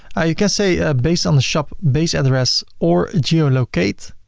you can say ah based on the shop base address or geo-locate,